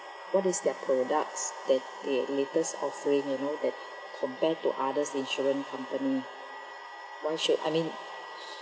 what is their products that they latest offering you know that compare to others insurance company why should I mean